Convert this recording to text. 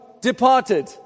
departed